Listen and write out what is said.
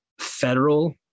federal